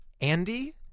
Andy